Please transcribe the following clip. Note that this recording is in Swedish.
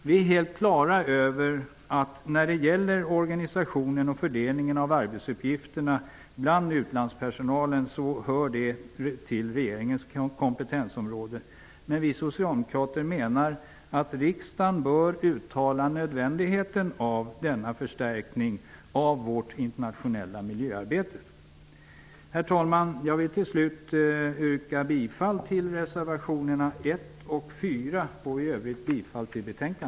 Vi är helt klara över att frågan om organisation och fördelning av arbetsuppgifter bland utlandspersonalen hör till regeringens kompetensområde. Men vi socialdemokrater menar att riksdagen bör uttala nödvändigheten av denna förstärkning av vårt internationella miljöarbete. Herr talman! Jag vill slutligen yrka bifall till reservationerna 1 och 4 samt i övrigt till utskottets hemställan.